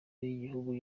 z’igihugu